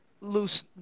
Loose